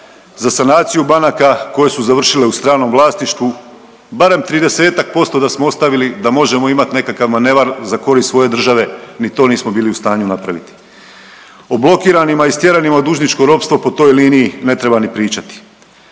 za sanaciju banaka koje su završile u stranom vlasništvu, barem 30-ak posto da smo ostavili da možemo imati nekakav manevar za korist svoje države, ni to nismo bili u stanju napraviti. O blokiranima i stjeranima u dužničko ropstvo po toj liniji ne treba ni pričati.